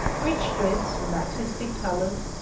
rich dress, in artistic colors,